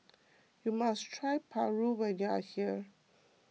you must try Paru when you are here